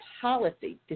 policy